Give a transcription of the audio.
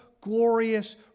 glorious